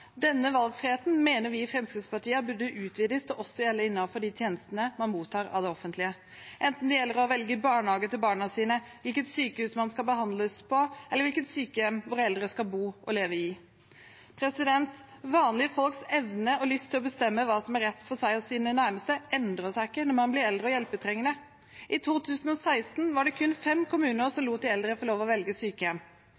Denne valgfriheten mener vi i Fremskrittspartiet burde utvides til også å gjelde innenfor de tjenestene man mottar av det offentlige, enten det gjelder å velge barnehage til barna sine, hvilket sykehus man skal behandles på, eller hvilket sykehjem våre eldre skal bo og leve i. Vanlige folks evne og lyst til å bestemme hva som er rett for seg og sine nærmeste, endrer seg ikke når man blir eldre og hjelpetrengende. I 2016 var det kun fem kommuner som